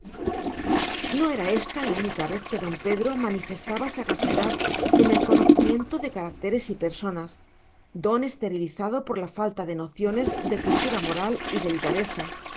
no era ésta la única vez que don pedro manifestaba sagacidad en el conocimiento de caracteres y personas don esterilizado por la falta de nociones de cultura moral y delicadeza